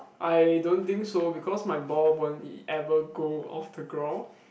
I don't think so because my ball won't it ever go off the ground